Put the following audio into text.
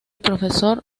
profesor